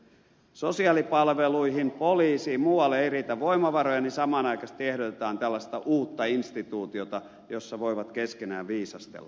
sosiaalipalveluihin poliisiin ja muualle ei riitä voimavaroja mutta samanaikaisesti ehdotetaan tällaista uutta instituutiota jossa voivat keskenään viisastella